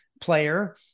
player